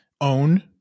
own